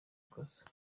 ikosa